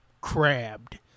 Crabbed